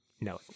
No